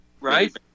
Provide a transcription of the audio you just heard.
Right